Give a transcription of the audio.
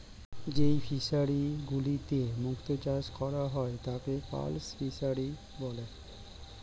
যেই ফিশারি গুলিতে মুক্ত চাষ করা হয় তাকে পার্ল ফিসারী বলে